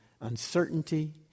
uncertainty